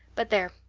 but there,